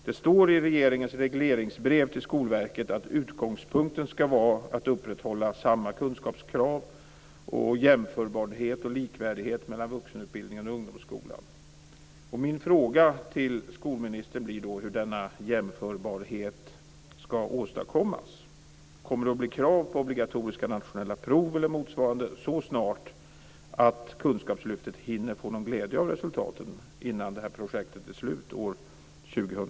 Det står i regerings regleringsbrev till Skolverket att utgångspunkten skall vara att upprätthålla samma kunskapskrav i och jämförbarhet och likvärdighet mellan vuxenutbildningen och ungdomsskolan. Min fråga till skolministern blir då hur denna jämförbarhet skall åstadkommas. Kommer det att bli krav på obligatoriska nationella prov eller motsvarande så snart att kunskapslyftet hinner få någon glädje av de resultaten innan projektet är slut år 2002?